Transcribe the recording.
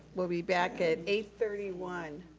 we'll be back at eight thirty one.